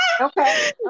Okay